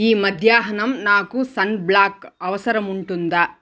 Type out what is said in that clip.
ఈ మధ్యాహ్నం నాకు సన్బ్లాక్ అవసరం ఉంటుందా